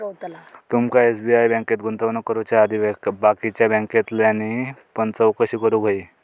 तुमका एस.बी.आय बँकेत गुंतवणूक करुच्या आधी बाकीच्या बॅन्कांतल्यानी पण चौकशी करूक व्हयी